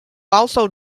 also